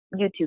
youtube